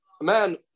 man